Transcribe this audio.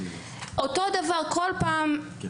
אותו דבר כל פעם, סורי,